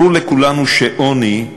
ברור לכולנו שעוני,